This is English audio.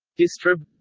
distrib.